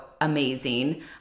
amazing